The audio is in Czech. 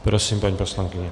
Prosím, paní poslankyně.